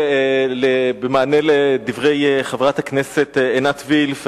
במענה לדברי חברת הכנסת עינת וילף,